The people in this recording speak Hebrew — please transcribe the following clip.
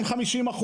עם ה-250%,